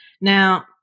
Now